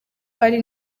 hari